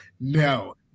No